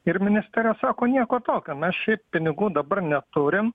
ir ministrė sako nieko tokio mes šiaip pinigų dabar neturim